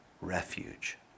refuge